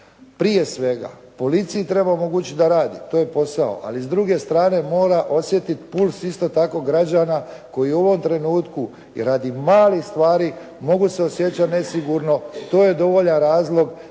prije svega, policiji treba omogućiti da radi, to je posao, ali s druge strane mora osjetiti puls isto tako građana koji u ovom trenutku i radi malih stvari mogu se osjećati nesigurno, to je dovoljan razlog